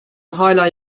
hala